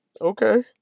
Okay